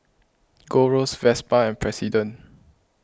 Gold Roast Vespa and President